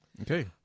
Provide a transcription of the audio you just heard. Okay